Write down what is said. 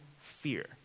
fear